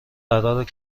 قرار